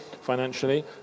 financially